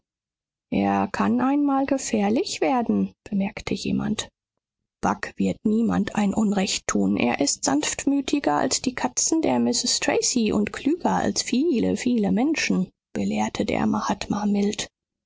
er kann einmal gefährlich werden bemerkte jemand bagh wird niemand ein unrecht tun er ist sanftmütiger als die katzen der mrs tracy und klüger als viele viele menschen belehrte der mahatma mild